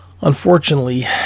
unfortunately